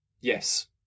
yes